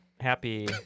happy